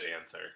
answer